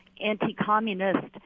anti-communist